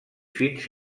fins